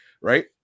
right